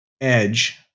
edge